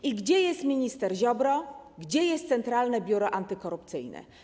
I gdzie jest minister Ziobro, gdzie jest Centralne Biuro Antykorupcyjne?